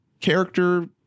character